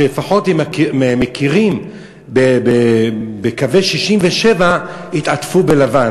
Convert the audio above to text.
שלפחות הם מכירים בקווי 67' יתעטפו בלבן,